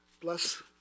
bless